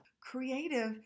Creative